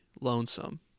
lonesome